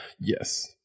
Yes